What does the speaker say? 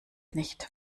nicht